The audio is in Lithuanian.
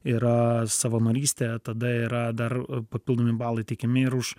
yra savanorystė tada yra dar papildomi balai teikiami ir už